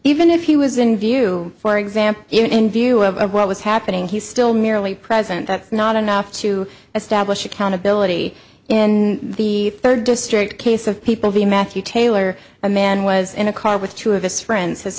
even if he was in view for example even in view of what was happening he's still merely present that's not enough to establish accountability in the third district case of people v matthew taylor a man was in a car with two of his friends